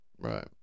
Right